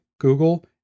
Google